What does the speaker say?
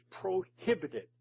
prohibited